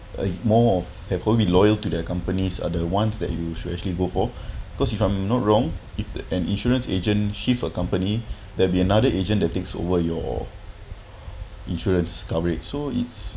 more of they'll be loyal to their companies are the ones that you should actually go for cause if I'm not wrong if an insurance agent shift a company that'll be another agent that takes over your insurance coverage so it's